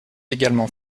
également